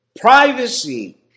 Privacy